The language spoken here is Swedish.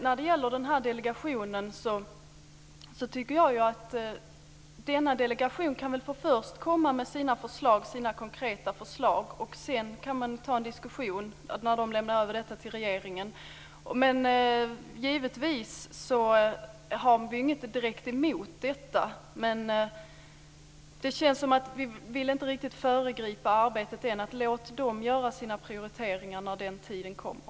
När det gäller delegationen tycker jag att denna först kan få komma med sina konkreta förslag, och när den lämnar över dessa till regeringen kan man ta en diskussion. Givetvis har vi inget direkt emot detta, men det känns som att vi inte vill föregripa arbetet. Låt dem göra sina prioriteringar när den tiden kommer.